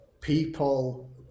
people